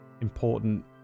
important